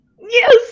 Yes